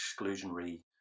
exclusionary